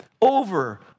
over